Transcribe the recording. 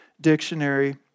Dictionary